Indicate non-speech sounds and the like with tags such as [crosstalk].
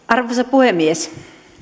[unintelligible] arvoisa puhemies